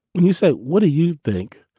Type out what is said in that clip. and you said, what do you think?